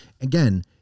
Again